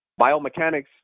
Biomechanics